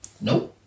Nope